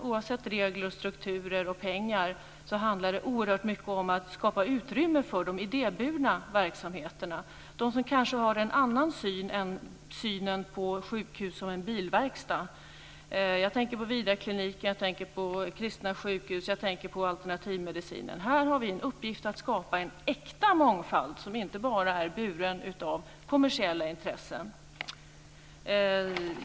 Oavsett regler, strukturer och pengar handlar det oerhört mycket om att skapa utrymme för de idéburna verksamheterna som kanske har en annan syn på sjukhus och inte betraktar dem som en bilverkstad. Jag tänker på Vidarkliniken, kristna sjukhus och alternativmedicinen. Här har vi en uppgift att skapa en äkta mångfald som inte bara är buren av kommersiella intressen.